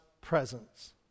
presence